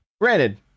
granted